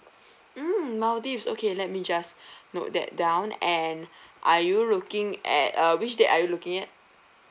mm maldives okay let me just note that down and are you looking at uh which date are you looking at